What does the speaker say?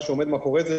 מה שעומד מאחורי זה,